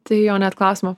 tai jo net klausimą